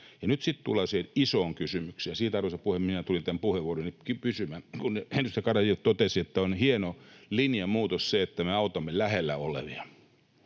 Nyt sitten tullaan siihen isoon kysymykseen, mistä, arvoisa puhemies, tulin tämän puheenvuoroni pitämään. Edustaja Garedew totesi, että se on hieno linjanmuutos, että me autamme lähellä olevia,